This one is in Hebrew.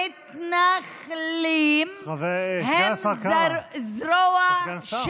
כל המתנחלים הם זרוע,